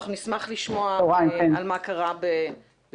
אנחנו נשמח לשמוע על מה קרה בשבת,